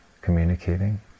communicating